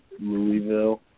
Louisville